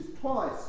twice